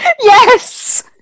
yes